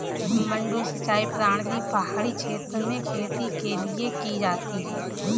मडडू सिंचाई प्रणाली पहाड़ी क्षेत्र में खेती के लिए की जाती है